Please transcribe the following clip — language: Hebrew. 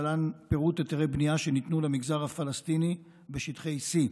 להלן פירוט היתרי בנייה שניתנו למגזר הפלסטיני בשטחי C: